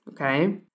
okay